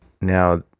Now